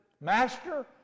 Master